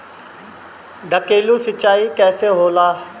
ढकेलु सिंचाई कैसे होला?